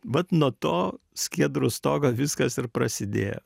vat nuo to skiedrų stogo viskas ir prasidėjo